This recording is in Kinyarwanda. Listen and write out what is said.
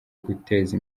guteza